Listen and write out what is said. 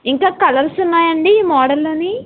ఇంకా కలర్స్ ఉన్నాయండి ఈ మోడల్లోని